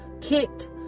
kicked